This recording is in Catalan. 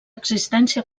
existència